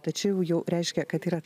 tačiau jau reiškia kad yra